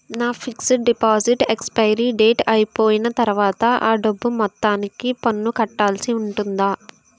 నా fixed deposit expiry date అయిపోయిన తర్వాత అ డబ్బు మొత్తానికి పన్ను కట్టాల్సి ఉంటుందా?